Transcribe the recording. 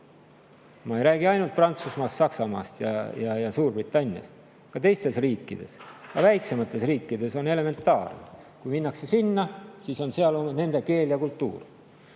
Ma ei räägi ainult Prantsusmaast, Saksamaast ja Suurbritanniast. Ka teistes riikides, ka väiksemates riikides on elementaarne: kui minnakse sinna, siis seal on [selle riigi] keel ja kultuur.